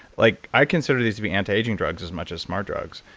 like i consider this to be anti-aging drugs as much as smart drugs.